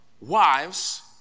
wives